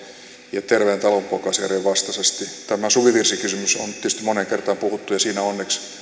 ja terveen talonpoikaisjärjen vastaisesti tästä suvivirsikysymyksestä on tietysti moneen kertaan puhuttu ja siinä onneksi